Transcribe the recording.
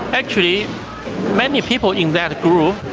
actually many people in that group,